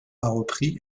repris